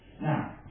Now